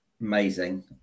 amazing